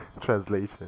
translation